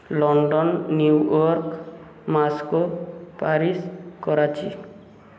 London New York Moscow Paris Karachi